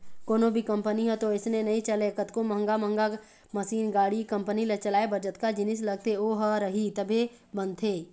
कोनो भी कंपनी ह तो अइसने नइ चलय कतको महंगा महंगा मसीन, गाड़ी, कंपनी ल चलाए बर जतका जिनिस लगथे ओ ह रही तभे बनथे